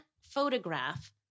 photograph